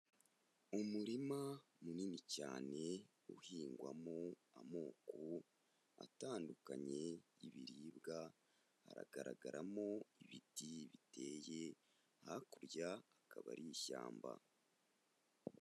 Umurima munini cyane uhingwamo amoko atandukanye y'ibiribwa, haragaragaramo ibiti biteye, hakurya akaba ari ishyamba.